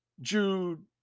Jude